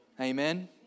Amen